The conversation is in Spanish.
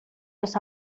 los